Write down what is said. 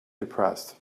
depressed